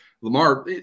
lamar